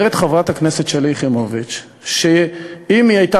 אומרת חברת הכנסת שלי יחימוביץ שאם היא הייתה